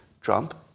Trump